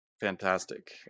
fantastic